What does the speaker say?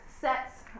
sets